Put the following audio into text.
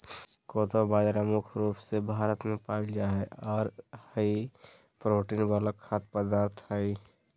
कोदो बाजरा मुख्य रूप से भारत मे पाल जा हय आर हाई प्रोटीन वाला खाद्य पदार्थ हय